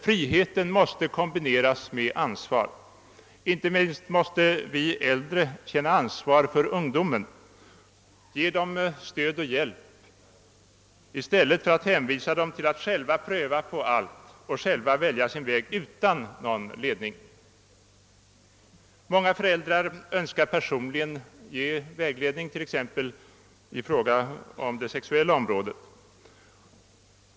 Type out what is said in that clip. Friheten måste kombineras med ansvar. Inte minst måste vi äldre känna ansvar för ungdomen och ge den stöd och hjälp i stället för att hänvisa de unga till att själva pröva på allt och själva välja sin väg utan någon ledning. Många föräldrar önskar ge sina barn personlig vägledning, t.ex. på det sexuella området.